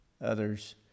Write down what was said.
others